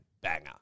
banger